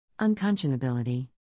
Unconscionability